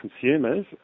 consumers